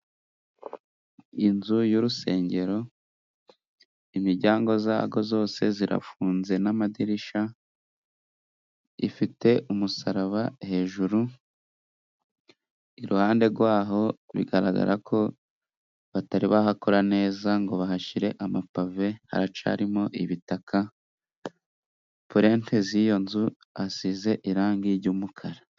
Inzu y'urusengero, imiryango zago zose zirafunze n'amadirisha, ifite umusaraba hejuru, iruhande gwaho bigaragara ko batari bahakora neza ngo bahashire amapave, haracarimo ibitaka, purente z'iyo nzu asize irangi jy'umukara.